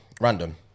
random